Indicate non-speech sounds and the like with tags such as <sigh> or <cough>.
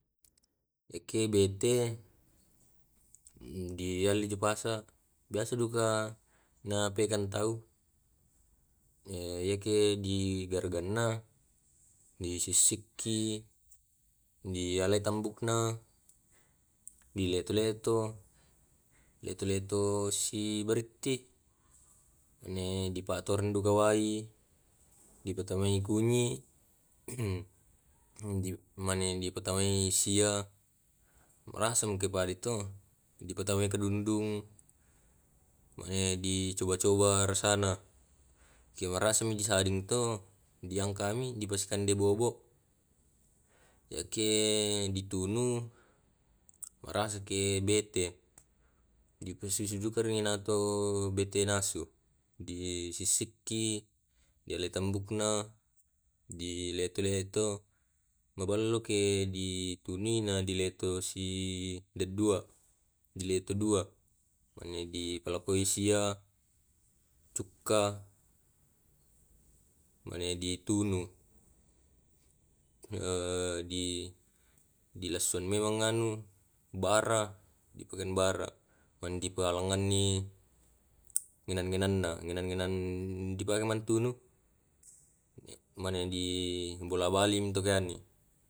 Eke bete diallo ji pasa biasa tu dipegang tau. iya edi garuganna di sissiki. Dialai tambukna dileto-leto, leto-leto sibaritti. dipatamai kunyi hem. <noise> dipatamai sia dipatamai kadundung. Dicoba coba rasana. masaring marasani diangkat to na dipirasai kandena sibawa bobo, jakie di tunu marasaki bete. ripasitukaraki sibawa bale nasu. dileto letoki. magelloi ditunu ko diletoi 2 dipaccokan cuka ladang di parokko di arang.